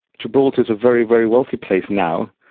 gibraltar is a very, very wealthy place now.